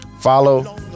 follow